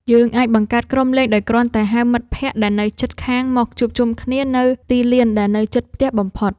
យើងអាចបង្កើតក្រុមលេងដោយគ្រាន់តែហៅមិត្តភក្តិដែលនៅជិតខាងមកជួបជុំគ្នានៅទីលានដែលនៅជិតផ្ទះបំផុត។